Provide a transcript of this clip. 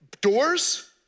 Doors